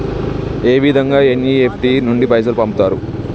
ఏ విధంగా ఎన్.ఇ.ఎఫ్.టి నుండి పైసలు పంపుతరు?